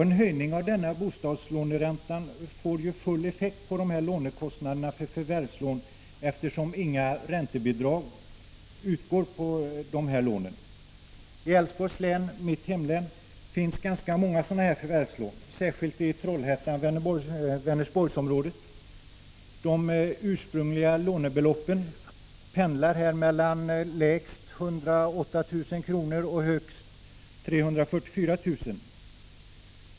En höjning av bostadslåneräntan får full effekt på kostnaderna för förvärvslån, eftersom inga räntebidrag utgår på dessa lån. I Älvsborgs län, mitt hemlän, har man beviljat ganska många förvärvslån, särskilt i Trollhättan-Vänersborgs-området. De ursprungliga lånebeloppen pendlar mellan lägst 108 000 och högst 344 000 kr.